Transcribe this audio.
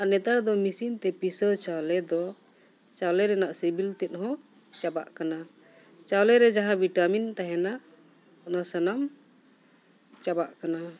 ᱟᱨ ᱱᱮᱛᱟᱨ ᱫᱚ ᱢᱮᱥᱤᱱ ᱛᱮ ᱯᱤᱥᱟᱹᱣ ᱪᱟᱣᱞᱮ ᱫᱚ ᱪᱟᱣᱞᱮ ᱨᱮᱱᱟᱜ ᱥᱤᱵᱤᱞ ᱛᱮᱫ ᱦᱚᱸ ᱪᱟᱵᱟᱜ ᱠᱟᱱᱟ ᱪᱟᱣᱞᱮ ᱨᱮ ᱡᱟᱦᱟᱸ ᱵᱷᱤᱴᱟᱢᱤᱱ ᱛᱟᱦᱮᱱᱟ ᱚᱱᱟ ᱥᱟᱱᱟᱢ ᱪᱟᱵᱟᱜ ᱠᱟᱱᱟ